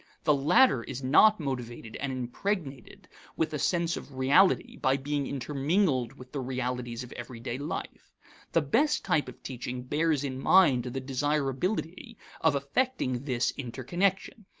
the latter is not motivated and impregnated with a sense of reality by being intermingled with the realities of everyday life. the best type of teaching bears in mind the desirability of affecting this interconnection.